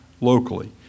locally